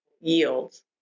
yields